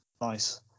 Nice